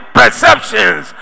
perceptions